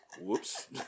Whoops